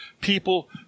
people